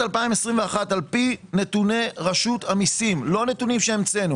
לפי נתוני רשות המיסים לא נתונים שהמצאנו